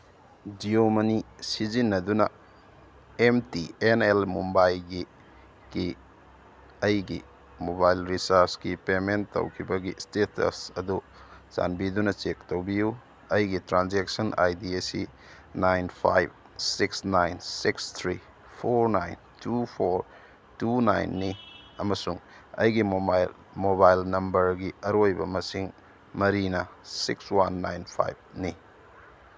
ꯖꯤꯌꯣ ꯃꯅꯤ ꯁꯤꯖꯤꯟꯅꯗꯨꯅ M T N L ꯃꯨꯝꯕꯥꯏꯒꯤꯀꯤ ꯑꯩꯒꯤ ꯃꯣꯕꯥꯏꯜ ꯔꯤꯆꯥꯔꯖꯀꯤ ꯄꯦꯃꯦꯟ ꯇꯧꯈꯤꯕꯒꯤ ꯏꯁꯇꯦꯇꯁ ꯑꯗꯨ ꯆꯥꯟꯕꯤꯗꯨꯅ ꯆꯦꯛ ꯇꯧꯕꯤꯌꯨ ꯑꯩꯒꯤ ꯇ꯭ꯔꯥꯟꯖꯦꯛꯁꯟ ꯑꯥꯏ ꯗꯤ ꯑꯁꯤ nine five six nine six three four nine two four two ꯅꯥꯏꯟꯅꯤ ꯑꯃꯁꯨꯡ ꯑꯩꯒꯤ ꯃꯣꯕꯥꯏꯜ ꯅꯝꯕꯔꯒꯤ ꯑꯔꯣꯏꯕ ꯃꯁꯤꯡ ꯃꯔꯤꯅ ꯁꯤꯛꯁ ꯋꯥꯟ ꯅꯥꯏꯟ ꯐꯥꯏꯚꯅꯤ